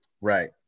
right